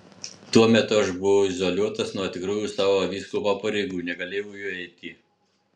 tuo metu aš buvau izoliuotas nuo tikrųjų savo vyskupo pareigų negalėjau jų eiti